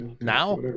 now